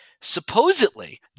Supposedly